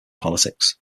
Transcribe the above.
politics